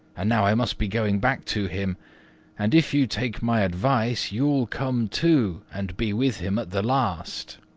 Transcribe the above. and now i must be going back to him and, if you take my advice, you'll come too and be with him at the last.